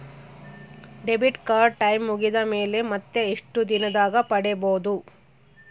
Debit card time ಮುಗಿದ ಮೇಲೆ ಮತ್ತೆ ಎಷ್ಟು ದಿನದಾಗ ಪಡೇಬೋದು?